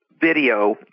video